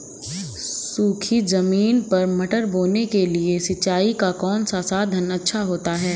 सूखी ज़मीन पर मटर बोने के लिए सिंचाई का कौन सा साधन अच्छा होता है?